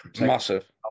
massive